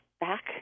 back